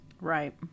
Right